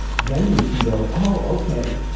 then we can go, oh, okay.